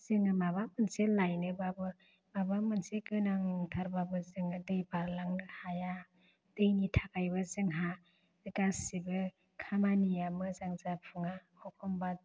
जोङो माबा मोनसे लायनोबाबो माबा मोनसे गोनांथारबाबो जोङो दै बारलांनो हाया दैनि थाखायबो जोंहा गासैबो खामानिया मोजां जाफुङा एखमबा